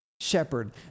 shepherd